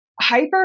hyper